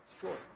sure